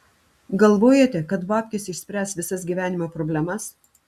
galvojate kad babkės išspręs visas gyvenimo problemas